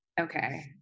okay